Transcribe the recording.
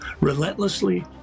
relentlessly